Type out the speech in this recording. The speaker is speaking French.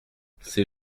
ces